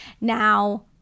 Now